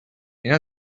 اینا